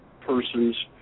person's